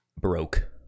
broke